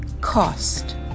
cost